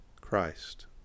christ